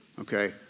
Okay